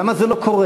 למה זה לא קורה?